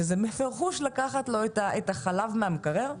שזה בפירוש לקחת לו את החלב מהמקרר,